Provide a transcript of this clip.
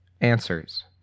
answers